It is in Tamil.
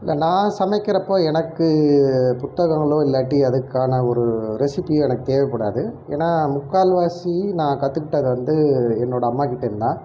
இல்லை நான் சமைக்கிறப்போ எனக்கு புத்தகங்களோ இல்லாட்டி அதுக்கான ஒரு ரெசிப்பி எனக்கு தேவைப்படாது ஏன்னா முக்கால்வாசி நான் கற்றுக்கிட்டது வந்து என்னோடய அம்மாக்கிட்டேயிருந்துதான்